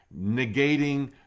negating